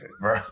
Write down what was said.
bro